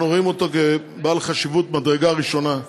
אנחנו רואים אותו כבעל חשיבות ממדרגה ראשונה.